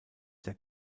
der